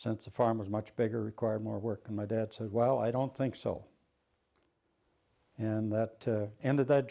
since a farmer's much bigger require more work and my dad said well i don't think so and that ended th